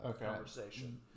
conversation